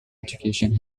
education